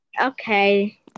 Okay